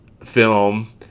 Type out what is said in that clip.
film